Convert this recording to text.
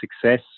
success